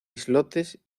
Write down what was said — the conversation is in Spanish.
islotes